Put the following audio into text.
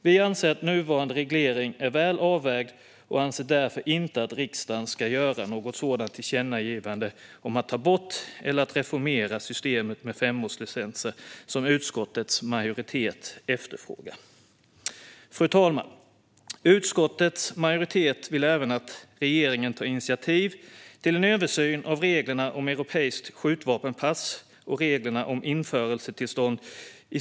Vi anser att nuvarande reglering är väl avvägd och anser därför inte att riksdagen ska göra något sådant tillkännagivande om att ta bort eller reformera systemet med femårslicenser som utskottets majoritet efterfrågar. Fru talman! Utskottets majoritet vill även att regeringen ska ta initiativ till en översyn av reglerna om europeiskt skjutvapenpass och reglerna om införseltillstånd.